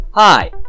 Hi